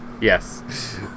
Yes